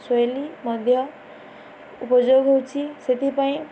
ଶୈଳୀ ମଧ୍ୟ ଉପଯୋଗ ହେଉଛି ସେଥିପାଇଁ